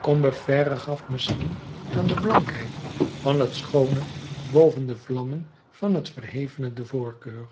combeferre gaf misschien aan de blankheid van het schoone boven de vlammen van het verhevene de voorkeur